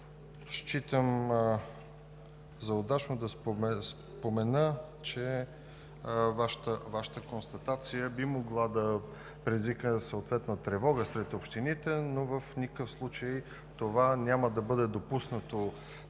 считам за удачно да спомена, че Вашата констатация би могла да предизвика съответна тревога сред общините, но в никакъв случай няма да бъде допуснато